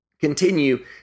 continue